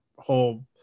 whole